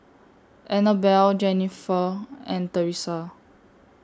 Annabella Jennifer and Thresa